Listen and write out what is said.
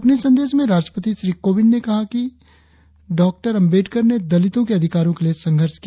अपने संदेश में राष्ट्रपति श्री कोविंद ने कहा है कि डॉक्टर अम्बेडकर ने दलितों के अधिकारों के लिए संघर्ष किया